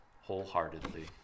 wholeheartedly